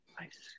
Nice